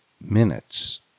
minutes